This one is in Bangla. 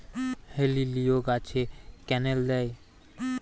হেলিলিও গাছে ক্যানেল দেয়?